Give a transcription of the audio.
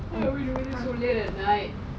so late at night